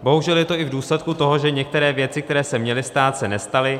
Bohužel je to i v důsledku toho, že některé věci, které se měly stát, se nestaly.